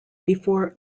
before